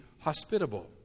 hospitable